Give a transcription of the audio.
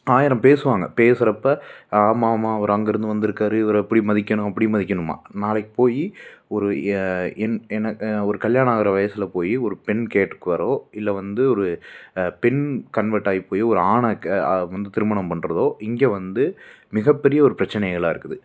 ஆயிரம் பேசுவாங்கள் பேசுகிறப்ப ஆ ஆமாம் ஆமாம் அவரு அங்கே இருந்து வந்திருக்காரு இவரு அப்படி மதிக்கணும் இப்படி மதிக்கணுமா நாளைக்கு போய் ஒரு ஏ என் என ஒரு கல்யாணம் ஆகுற வயசுல போய் ஒரு பெண் கேட்டுக்கறோ இல்லை வந்து ஒரு பெண் கன்வெர்ட் ஆகி போய் ஒரு ஆணை கே வந்து திருமணம் பண்ணுறதோ இங்கே வந்து மிகப்பெரிய ஒரு பிரச்சனைகளாக இருக்குது